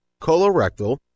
colorectal